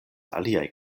aliaj